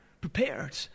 prepared